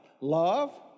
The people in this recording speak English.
love